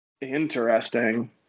Interesting